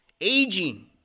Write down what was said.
Aging